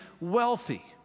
wealthy